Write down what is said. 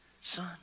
son